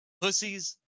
pussies